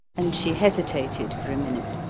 and she hesitated for a minute,